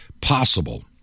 possible